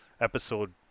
episode